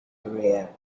career